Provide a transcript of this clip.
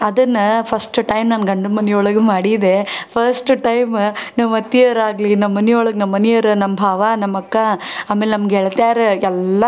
ಅದನ್ನು first time ನನ್ನ ಗಂಡನ ಮನೆ ಒಳಗೆ ಮಾಡಿದೆ ಫಸ್ಟ್ ಟೈಮ್ ನಮ್ಮ ಅತ್ತೆಯೋರು ಆಗಲಿ ನಮ್ಮ ಮನೆಯೊಳಗೆ ನಮ್ಮ ಮನೆಯೋರು ನಮ್ಮ ಭಾವ ನಮ್ಮ ಅಕ್ಕ ಆಮೇಲೆ ನಮ್ಮ ಗೆಳ್ತಿಯರು ಎಲ್ಲರಿಗೆ